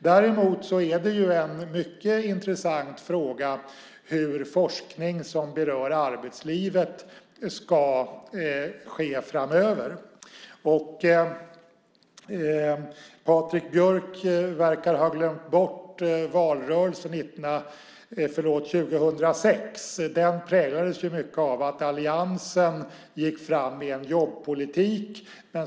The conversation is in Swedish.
Däremot är det en mycket intressant fråga hur forskning som berör arbetslivet ska ske framöver. Patrik Björck verkar ha glömt bort valrörelsen 2006. Den präglades mycket av att alliansen gick fram med en jobbpolitik.